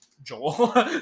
Joel